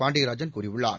பாண்டியராஜன் கூறியுள்ளார்